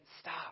stop